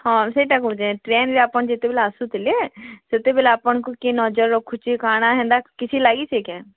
ହଁ ସେଇଟା କହୁଚେଁ ଟ୍ରେନ୍ରେ ଆପଣ ଯେତେବେଲେ ଆସୁଥିଲେ ସେତେବେଲେ ଆପଣଙ୍କୁ କିଏ ନଜର୍ ରଖୁଛେ କାଣା ହେନ୍ତା କିଛି ଲାଗିଛେ କେଁ